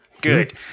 Good